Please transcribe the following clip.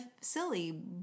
silly